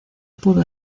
pudo